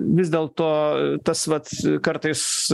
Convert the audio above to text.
vis dėlto tas vat kartais